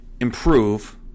improve